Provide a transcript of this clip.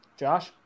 Josh